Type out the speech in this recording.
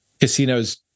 casinos